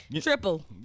triple